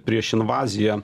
prieš invaziją